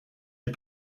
est